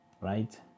right